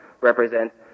represents